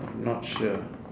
not sure